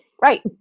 right